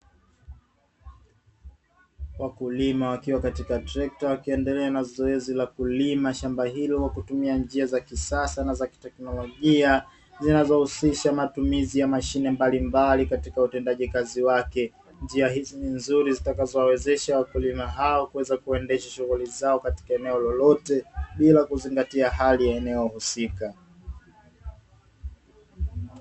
Wakulima wakiwa katika trekta, wakiendelea na zoezi la kulima shamba hilo kwa kutumia njia za kisasa na za teknolojia, zinazohusisha matumizi ya mashine mbalimbali katika utendaji kazi wake. Njia hizi ni nzuri zitakazowawezesha wakulima hao kuweza kuendesha shughuli zao katika eneo lolote, bila kuzingatia hali ya eneo husika.